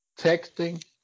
Texting